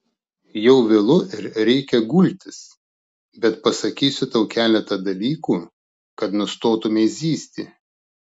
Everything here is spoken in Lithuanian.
jau vėlu ir reikia gultis bet pasakysiu tau keletą dalykų kad nustotumei zyzti